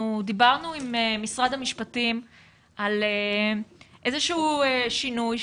אנחנו דיברנו עם משרד המשפטים על איזשהו שינוי,